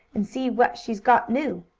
and see what she's got new.